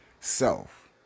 self